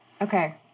Okay